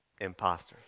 imposters